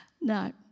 No